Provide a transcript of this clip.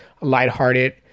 lighthearted